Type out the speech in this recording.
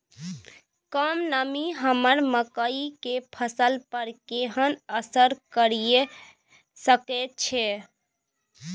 कम नमी हमर मकई के फसल पर केहन असर करिये सकै छै?